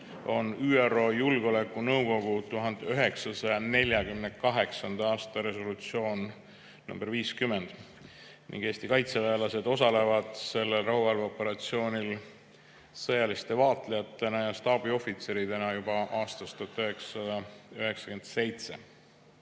on ÜRO Julgeolekunõukogu 1948. aasta resolutsioon nr 50. Eesti kaitseväelased osalevad sellel rahuvalveoperatsioonil sõjaliste vaatlejatena ja staabiohvitseridena juba aastast 1997.